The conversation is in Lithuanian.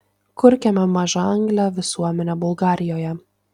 kurkime mažaanglę visuomenę bulgarijoje